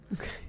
Okay